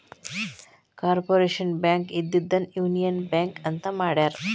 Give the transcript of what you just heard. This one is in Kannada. ಕಾರ್ಪೊರೇಷನ್ ಬ್ಯಾಂಕ್ ಇದ್ದಿದ್ದನ್ನ ಯೂನಿಯನ್ ಬ್ಯಾಂಕ್ ಅಂತ ಮಾಡ್ಯಾರ